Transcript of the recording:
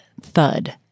thud